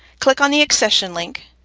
click on the accessions link